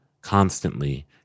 constantly